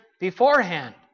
beforehand